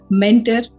mentor